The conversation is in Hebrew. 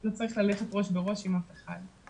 לא צריך ללכת ראש בראש עם אף אחד.